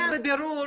יש 'בבירור'.